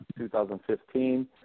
2015